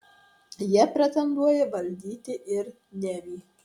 jie pretenduoja valdyti ir nevį